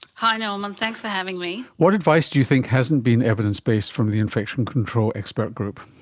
hi norman, thanks for having me. what advice do you think hasn't been evidence-based from the infection control expert group?